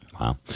Wow